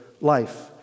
life